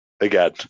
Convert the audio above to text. again